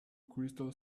crystal